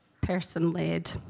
person-led